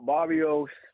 Barrios